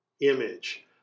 image